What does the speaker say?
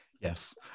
Yes